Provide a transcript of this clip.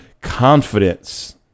confidence